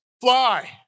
fly